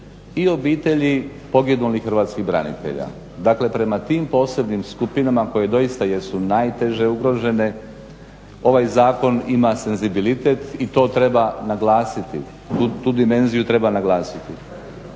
i obitelji poginulih hrvatskih branitelja. Dakle, prema tim posebnim skupinama koje doista jesu najteže ugrožene ovaj zakon ima senzibilitet i to treba naglasiti, tu dimenziju treba naglasiti.